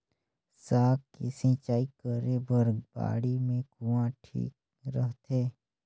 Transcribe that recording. साग के सिंचाई करे बर बाड़ी मे कुआँ ठीक रहथे?